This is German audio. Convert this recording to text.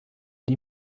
die